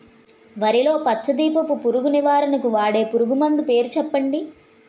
వరిలో పచ్చ దీపపు పురుగు నివారణకు వాడే పురుగుమందు పేరు చెప్పండి?